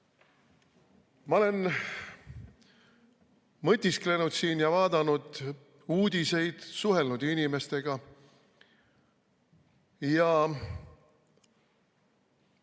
olen mõtisklenud siin ja vaadanud uudiseid, suhelnud inimestega.